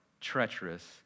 treacherous